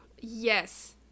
Yes